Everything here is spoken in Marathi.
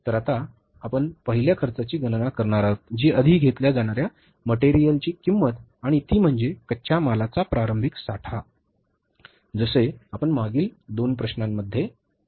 तर आता आपण पहिल्या खर्चाची गणना करणार आहोत जी आधी घेतल्या जाणार्या मटेरियलची किंमत आणि ती म्हणजे कच्च्या मालाचा प्रारंभिक साठा जसे आपण मागील दोन प्रश्नमध्ये केले होते